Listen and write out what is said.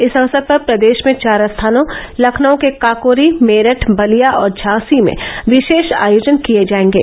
इस अवसर पर प्रदेश में चार स्थानों लखनऊ के काकोरी मेरठ बलिया और झांसी में विशेष आयोजन किए जाएंगे